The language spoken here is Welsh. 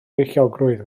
beichiogrwydd